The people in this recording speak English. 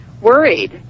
worried